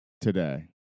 today